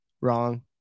wrong